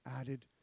added